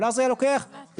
אבל זה לא היה לוקח שנה,